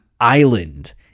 Island